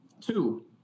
two